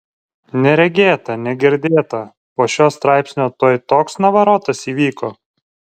neregėta negirdėta po šio straipsnio tuoj toks navarotas įvyko